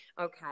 Okay